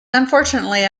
unfortunately